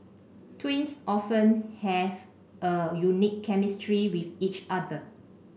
twins often have a unique chemistry with each other